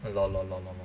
lol lol lol lol